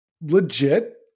legit